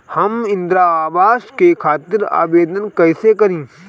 हम इंद्रा अवास के खातिर आवेदन कइसे करी?